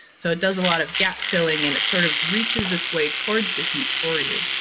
so it does a lot of gap filling and it sort of reaches its way towards the heat for you,